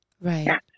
Right